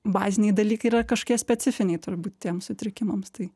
baziniai dalykai yra kažkokie specifiniai turbūt tiems sutrikimams tai